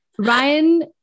Ryan